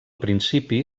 principi